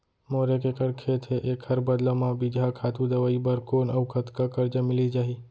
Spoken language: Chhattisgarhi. मोर एक एक्कड़ खेत हे, एखर बदला म बीजहा, खातू, दवई बर कोन अऊ कतका करजा मिलिस जाही?